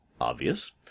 obvious